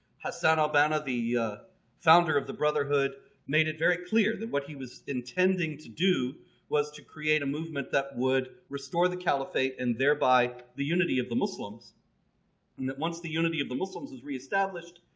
hassan al-banna, the founder of the brotherhood, made it very clear than what he was intending to do was to create a movement that would restore the caliphate and thereby the unity of the muslims and that once the unity of the muslims was re-established,